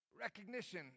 recognition